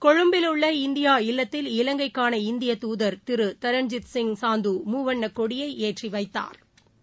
கொழும்பிலுள்ள India இல்லத்தில் இலங்கைக்கான இந்தியத்தூதர் திருதரண்ஜித் சிங் சாந்து மூவண்ணக்கொடியைஏற்றிவைத்தாா்